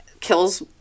kills